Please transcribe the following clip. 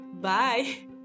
Bye